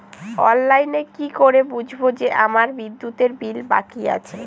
অনলাইনে কি করে বুঝবো যে আমার বিদ্যুতের বিল বাকি আছে?